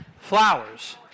flowers